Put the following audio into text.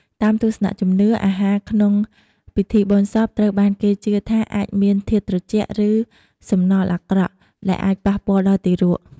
តាមទស្សនៈជំនឿ អាហារក្នុងពិធីបុណ្យសពត្រូវបានគេជឿថាអាចមាន "ធាតុត្រជាក់" ឬ "សំណល់អាក្រក់" ដែលអាចប៉ះពាល់ដល់ទារក។